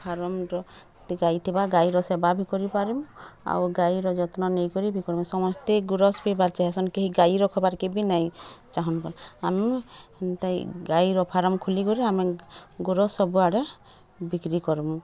ଫାର୍ମ୍ର ସେଥି ଗାଈ ଥିବା ଗାଈର ସେବା ବି କରି ପାରିବୁ ଆଉ ଗାଈର ଯତ୍ନ ନେଇ ପାରିବି କ'ଣ ସମସ୍ତେ ଗୋରସ୍ ପିଇବା ଯେସନ୍ କି ଗାଈର ହବାର କି ନାଇ ଚାହୁଁନ୍ ବୋଲେ ଆମେ ଗାଈର ଫାରମ୍ ଖୋଲି କରି ଆମେ ଗୋରସ୍ ସବୁ ଆଡ଼େ ବିକ୍ରି କରମୁଁ